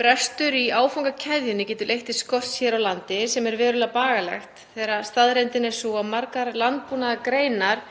Brestur í aðfangakeðjunni getur leitt til skorts hér á landi sem er verulega bagalegt þegar staðreyndin er sú að margar landbúnaðargreinar